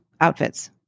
outfits